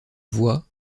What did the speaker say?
vois